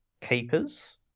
keepers